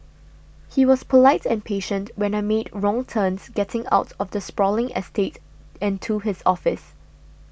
he was polite and patient when I made wrong turns getting out of the sprawling estate and to his office